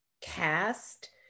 cast